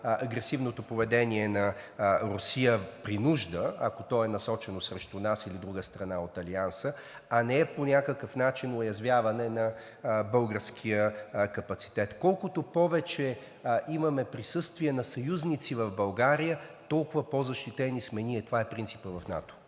агресивното поведение на Русия при нужда, ако то е насочено срещу нас или друга страна от Алианса, а не е по някакъв начин уязвяване на българския капацитет. Колкото повече имаме присъствие на съюзници в България, толкова по-защитени сме ние. Това е принципът в НАТО.